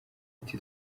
ati